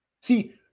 See